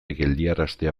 geldiaraztea